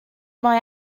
mae